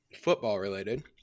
football-related